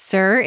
Sir